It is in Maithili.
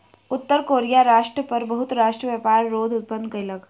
उत्तर कोरिया राष्ट्र पर बहुत राष्ट्र व्यापार रोध उत्पन्न कयलक